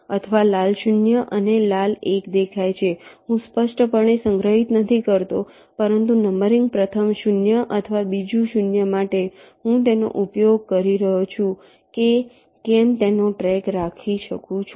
તમને લાલ 0 અને લાલ 1 દેખાય છે હું સ્પષ્ટપણે સંગ્રહિત નથી કરતો પરંતુ નંબરિંગ પ્રથમ 0 અથવા બીજું 0 માટે હું તેનો ઉપયોગ કરી રહ્યો છું કે કેમ તેનો ટ્રૅક રાખું છું